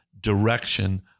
direction